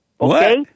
Okay